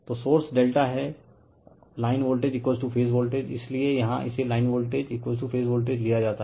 तो सोर्स ∆ है line voltage phase voltage इसीलिए यहाँ इसे लाइन वोल्टेज फेज वोल्टेज लिया जाता हैं